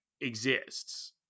exists